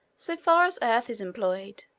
so far as earth is employed,